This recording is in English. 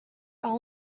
all